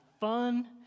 Fun